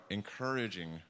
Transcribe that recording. encouraging